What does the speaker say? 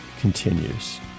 continues